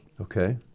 Okay